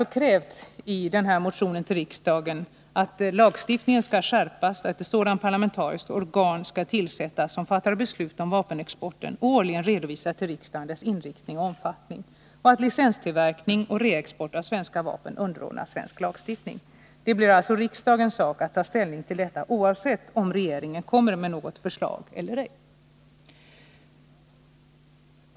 Vi har därför i vår motion till riksdagen krävt att lagstiftningen skall skärpas, att ett parlamentariskt organ skall tillsättas som fattar beslut om vapenexporten och årligen redovisar till riksdagen dess inriktning och omfattning, samt att licenstillverkning och reexport av svenska vapen underordnas svensk lagstiftning. Det blir därmed riksdagens sak att ta ställning till detta, oavsett om regeringen kommer med något förslag eller ej.